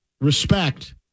Respect